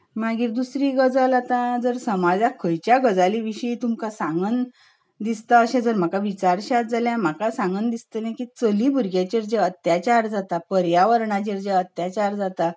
मागीर दुसरी गजाल आतां जर समाजाक खंयच्या गजाली विशीं तुमकां सांगन दिसता जाल्यार अशें जाल्यार म्हाका विचारशात जाल्यार म्हाका सांगन दिसतलें की चली भुरग्यांचेर जे अत्याचार जातात पर्यावरणाचेर जे अत्याचार जाता